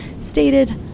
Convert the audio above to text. stated